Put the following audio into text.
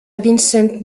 vincent